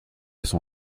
son